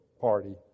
party